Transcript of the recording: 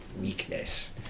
weakness